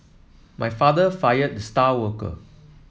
my father fired the star worker